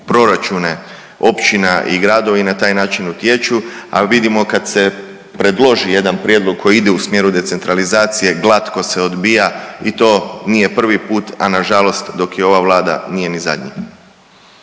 proračune općina i gradova i na taj način utječu, a vidimo kad se predloži jedan prijedlog koji ide u smjeru decentralizacije glatko se odbija i to nije prvi put, a nažalost dok je ova Vlada nije ni zadnji.